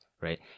right